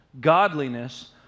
godliness